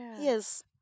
Yes